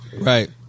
Right